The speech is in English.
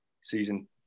season